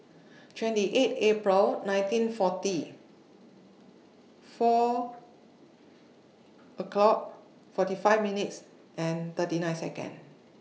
twenty eight April nineteen forty four o'clock forty five minutes and thirty nine Seconds